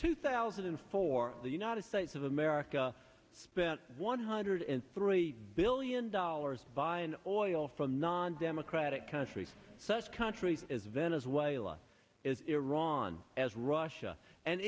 two thousand and four the united states of america spent one hundred and three billion dollars by an oil from non democratic countries such countries as venezuela is iran as russia and